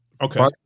Okay